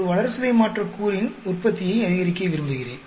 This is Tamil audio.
ஒரு வளர்சிதை மாற்றக் கூறின் உற்பத்தியை அதிகரிக்க விரும்புகிறேன்